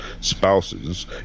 spouses